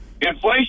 inflation